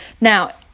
Now